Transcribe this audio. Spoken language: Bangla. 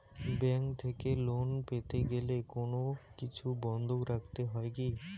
ব্যাংক থেকে লোন পেতে গেলে কোনো কিছু বন্ধক রাখতে হয় কি?